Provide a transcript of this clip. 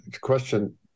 question